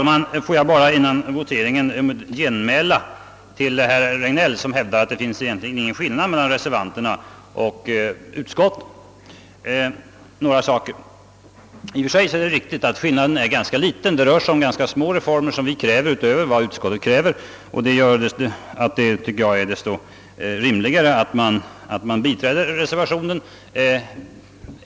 Herr talman! Före voteringen vill jag till herr Regnéll, som hävdar att det inte finns någon skillnad mellan reservanternas och utskottets förslag, genmäla några saker. I och för sig är det riktigt att skillnaden är ganska liten. Vi kräver rätt små reformer utöver vad utskottet kräver, varför jag tycker att det är desto rimligare att man biträder reservationen.